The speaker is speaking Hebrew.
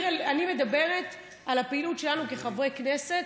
אני מדברת על הפעילות שלנו כחברי כנסת,